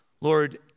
Lord